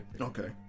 Okay